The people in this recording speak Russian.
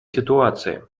ситуации